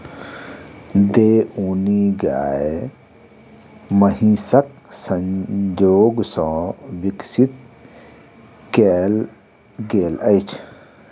देओनी गाय महीसक संजोग सॅ विकसित कयल गेल अछि